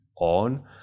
on